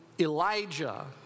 Elijah